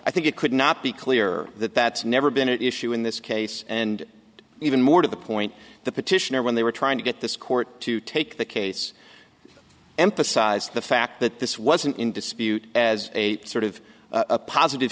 i think it could not be clear that that's never been an issue in this case and even more to the point the petitioner when they were trying to get this court to take the case emphasized the fact that this wasn't in dispute as a sort of a positive